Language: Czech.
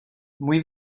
můj